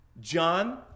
John